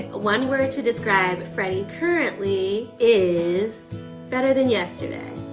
one word to describe freddie currently is better than yesterday.